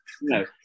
no